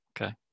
Okay